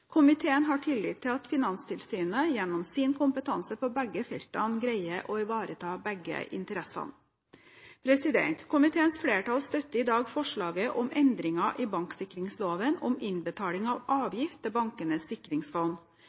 Komiteen har tillit til at Finanstilsynet gjennom sin kompetanse på begge feltene greier å ivareta begge interessene. Komiteens flertall støtter i dag forslaget om endringer i banksikringsloven om innbetaling av avgift til Bankenes sikringsfond.